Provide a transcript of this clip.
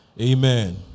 Amen